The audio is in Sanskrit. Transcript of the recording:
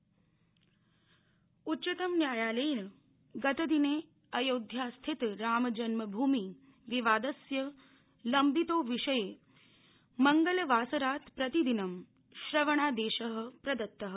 उच्चतम अयोध्या उच्चतम न्यायालयेन गतदिने अयोध्यास्थित रामजन्मभूमि विवादस्य लम्बितोविषये मंगलवासरात् प्रतिदिनं श्रवणादेशः प्रदत्तः